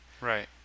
Right